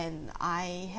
when I had